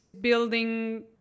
building